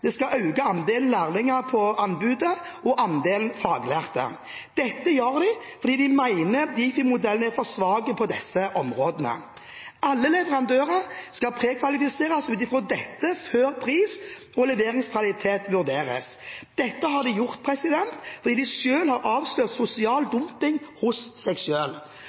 Det skal øke andelen lærlinger på anbudet og andelen faglærte. Dette gjør de fordi de mener Difi-modellen er for svak på disse områdene. Alle leverandører skal prekvalifiseres ut fra dette før pris og leveringskvalitet vurderes. Dette har de gjort fordi de selv har avslørt sosial dumping hos seg